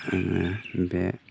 आरो बे